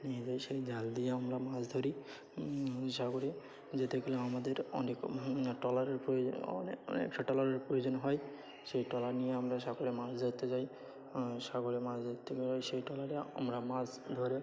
নিয়ে যাই সেই জাল দিয়ে আমরা মাছ ধরি সাগরে যেতে গেলে আমাদের অনেক ট্রলারের প্রয়োজন অনেক অনেকটা ট্রলারের প্রয়োজন হয় সেই ট্রলার নিয়ে আমরা সাগরে মাছ ধরতে যাই সাগরে মাছ ধরতে গলে সেই ট্রলারে আমরা মাছ ধরি